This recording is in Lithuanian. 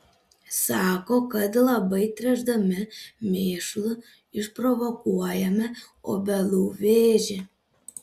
sako kad labai tręšdami mėšlu išprovokuojame obelų vėžį